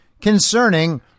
concerning